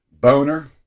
Boner